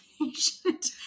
patient